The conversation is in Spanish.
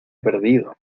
perdido